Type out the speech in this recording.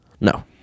No